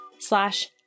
slash